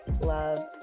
love